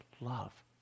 love